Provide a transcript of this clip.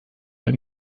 ein